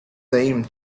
same